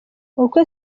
ubukwe